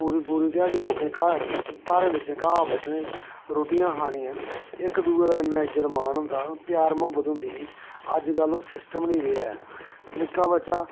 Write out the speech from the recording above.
पूरी पूरी ध्याड़ी लोके धारें बिच्चा घाऽ बडने रुट्टियां खानियां इक्क दूए दा इन्ना इज्जत मान होंदा हा प्यार महोब्बत होंदी ही अज्जकल ओह् सिस्टम नेईं रेहा निक्का बच्चा